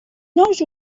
nous